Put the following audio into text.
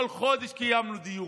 כל חודש קיימנו דיון.